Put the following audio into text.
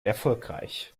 erfolgreich